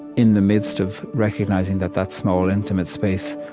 in the midst of recognizing that that small, intimate space